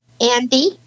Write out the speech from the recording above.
Andy